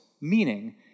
meaning